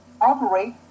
operate